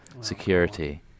security